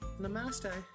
namaste